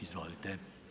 Izvolite.